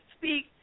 speak